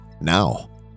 now